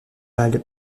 pâle